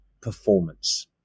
performance